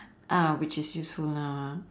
ah which is useful now ah